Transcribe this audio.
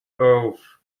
auf